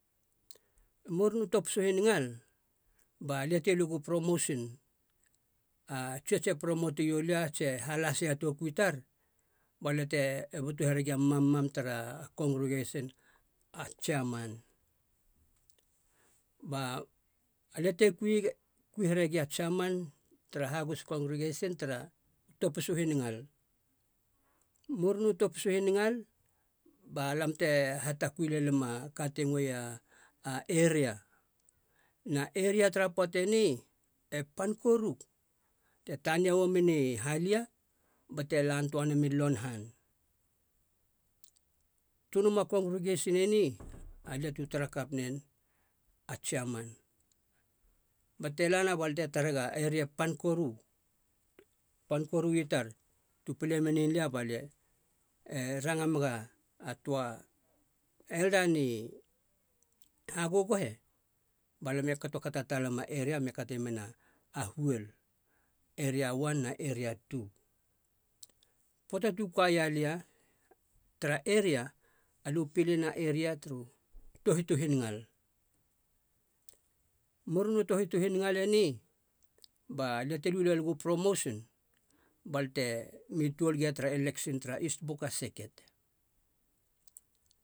Muruna u topisa u hiningal balia te luegu u promosin, a tsiotse promote iolia tsi e halasei a toukui tar balia te e butu here gi a mammam tara kongrigasin a tsiaman balia lia te kui here gia a tsiaman tara hagus kongregasin tara topisa u hinngal. I murunu topisu hiningal balam te hatakui lelima a ka ti ngoeia a eria. Na eria tara poata eni e pan koru, te tania ua men i halia bate lan toa nami lonhan. Tönomo a kongrigasin eni, alia tu tarakap nen, a tsiaman, bate lana bal te tarega eria e pan koru, e pan korui tar tu pile menien lia balie e ranga mega a töa elda ni hagögöehe balam e kato kata talem a aria me kate men a huol, eria one na eria two. Poata tu kaia lia tara eria, alia u pilin a eria turu tohit u hinngal. Murunu tohit u hinngal eni balia te lu leligu promosin, balte mi tuol gia tara eleksin tara is buka eleksin